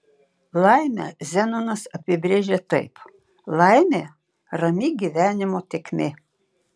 laimę zenonas apibrėžė taip laimė rami gyvenimo tėkmė